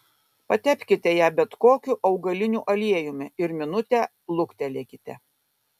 patepkite ją bet kokiu augaliniu aliejumi ir minutę luktelėkite